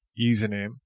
username